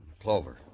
Clover